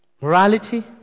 morality